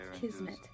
Kismet